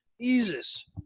Jesus